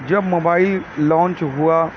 جب mobile launch ہوا